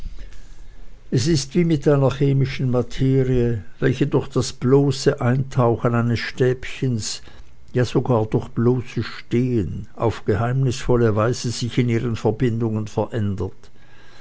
es ist wie mit einer chemischen materie welche durch das bloße eintauchen eines stäbchens ja sogar durch bloßes stehen auf geheimnisvolle weise sich in ihren verbindungen verändert